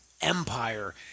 empire